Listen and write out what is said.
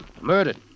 Murdered